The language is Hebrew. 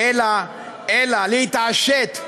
אלא להתעשת,